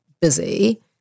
busy